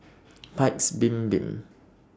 Paik's Bibim